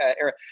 era